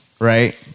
right